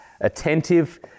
attentive